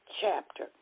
chapter